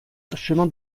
chemin